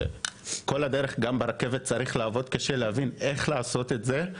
כשגם ברכבת צריך כל הזמן לעבוד קשה ולחשוב איך לעשות את זה,